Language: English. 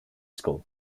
school